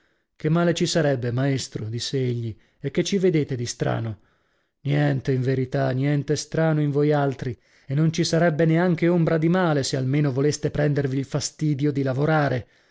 che male ci sarebbe maestro disse egli e che ci vedreste di strano niente in verità niente strano in voi altri e non ci sarebbe neanche ombra di male se almeno voleste prendervi il fastidio di lavorare